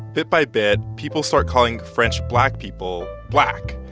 bit by bit, people start calling french black people black,